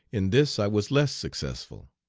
in this i was less successful.